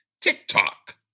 TikTok